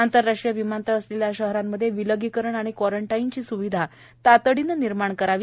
आंतरराष्ट्रीय विमानतळे असलेल्या शहरांमध्ये विलगीकरण आणि क्वॉरंटाईनची सूविधा तातडीने निर्माण करावी